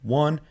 one